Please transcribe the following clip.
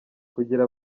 kugira